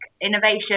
innovation